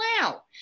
Wow